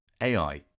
AI